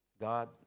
God